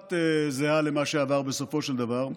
כמעט זהה למה שעבר בסופו של דבר.